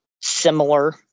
similar